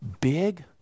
big